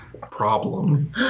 problem